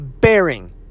bearing